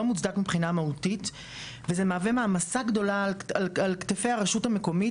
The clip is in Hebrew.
מוצדק מבחינה מהותית וזה מהווה מעמסה גדולה על כתפי הרשות המקומית